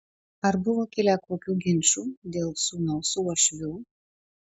ar buvo kilę kokių ginčų dėl sūnaus su uošviu